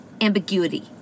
Ambiguity